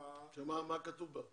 מה כתוב בה?